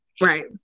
Right